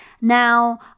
Now